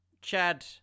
Chad